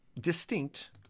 distinct